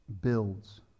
builds